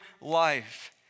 life